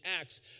Acts